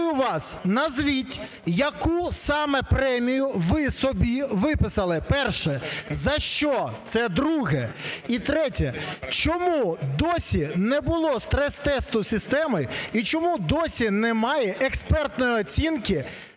запитую вас: назвіть, яку саме премію ви собі виписали, перше? За що, це друге? І третє, чому досі не було стрес-тесту системи і чому досі немає експертної оцінки,